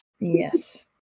Yes